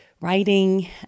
writing